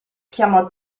chiamò